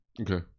okay